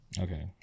Okay